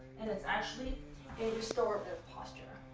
and it's actually a restorative posture.